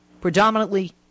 predominantly